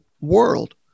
world